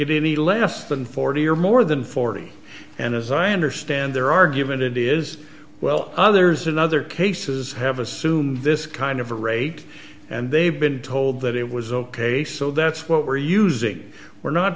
it any less than forty or more than forty and as i understand their argument it is well others in other cases have assumed this kind of rate and they've been told that it was ok so that's what we're using we're not